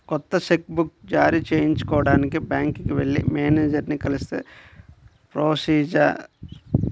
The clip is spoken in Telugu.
కొత్త చెక్ బుక్ జారీ చేయించుకోడానికి బ్యాంకుకి వెళ్లి మేనేజరుని కలిస్తే ప్రొసీజర్